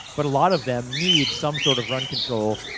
but a lot of them need some sort of run control,